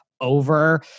over